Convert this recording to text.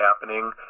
happening